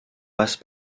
passe